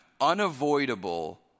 unavoidable